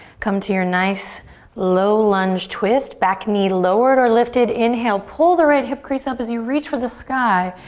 come to your nice low lunge twist, back knee lowered or lifted. inhale, pull the right hip crease up as you reach for the sky.